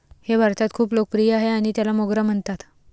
हे भारतात खूप लोकप्रिय आहे आणि त्याला मोगरा म्हणतात